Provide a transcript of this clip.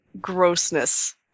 grossness